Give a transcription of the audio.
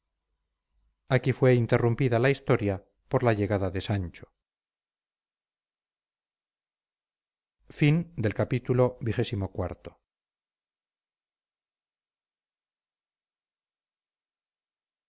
aquí fue interrumpida la historia por la llegada de sancho